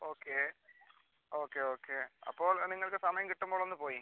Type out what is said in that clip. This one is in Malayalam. ഓക്കെ ഓക്കെ ഓക്കെ അപ്പോൾ നിങ്ങൾക്ക് സമയം കിട്ടുമ്പോൾ ഒന്ന് പോയി